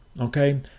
Okay